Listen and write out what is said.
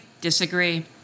Disagree